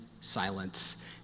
silence